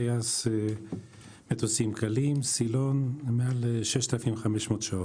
טייס מטוסים קלים, סילון ומעל 6,500 שעות.